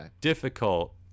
difficult